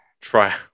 try